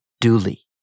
duly